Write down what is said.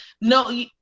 no